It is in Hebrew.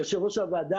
יושב ראש הוועדה,